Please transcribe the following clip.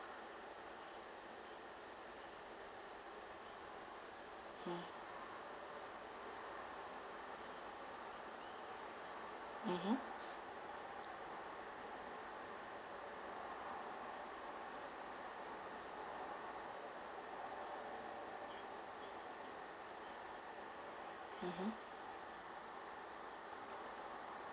mm mmhmm mmhmm